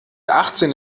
achtzehn